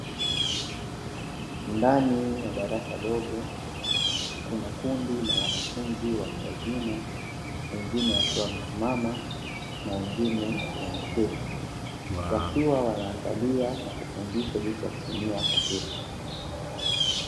Ndani ya darasa dogo kuna kundi la wanafunzi watu wazima, wengine wakiwa wamesimama na wengine wameketi, wakiwa wanaangalia na kufundishwa jinsi ya kutumia kompyuta.